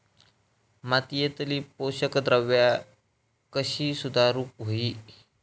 मातीयेतली पोषकद्रव्या कशी सुधारुक होई?